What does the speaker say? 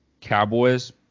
Cowboys